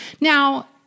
Now